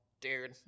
dude